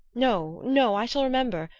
no no i shall remember.